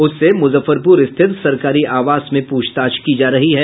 उससे मुजफ्फरपुर स्थित सरकारी आवास में प्रछताछ की जा रही है